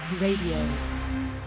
Radio